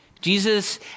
Jesus